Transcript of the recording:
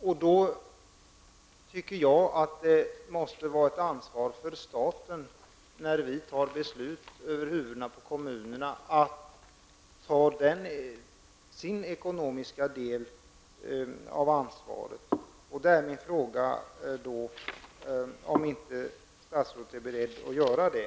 Det måste åvila staten att ta sin del av det ekonomiska ansvaret, eftersom vi fattar beslut över huvudet på kommunerna. Min fråga gäller om statsrådet inte är beredd att göra det.